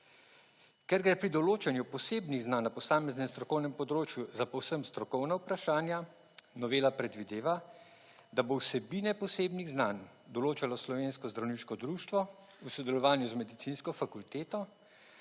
Ker ga je pri določanju posebnih znanj na posameznem strokovnem področju za povsem strokovna vprašanja, novela predvideva, da bo vsebine posebnih znanj določalo slovensko zdravniško društvo v sodelovanju z medicinsko fakulteto,